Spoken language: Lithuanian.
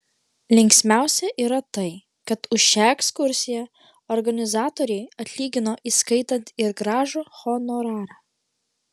linksmiausia yra tai kad už šią ekskursiją organizatoriai atlygino įskaitant ir gražų honorarą